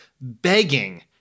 begging